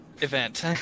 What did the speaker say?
event